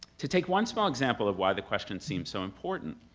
to take one small example of why the question seemed so important,